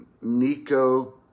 Nico